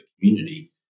community